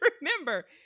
remember